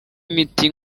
imiti